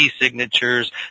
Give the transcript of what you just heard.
signatures